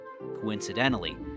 Coincidentally